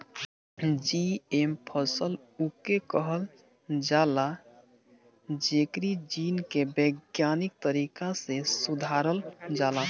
GM फसल उके कहल जाला जेकरी जीन के वैज्ञानिक तरीका से सुधारल जाला